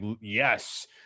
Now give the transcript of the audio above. yes